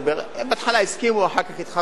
בהתחלה הסכימו, אחר כך התחרטו.